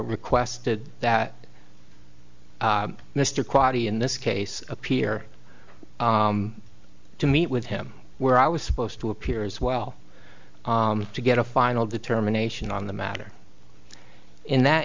requested that mr quality in this case appear to meet with him where i was supposed to appear as well to get a final determination on the matter in that